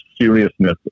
seriousness